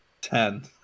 Ten